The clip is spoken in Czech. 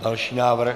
Další návrh.